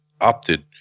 opted